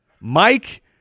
Mike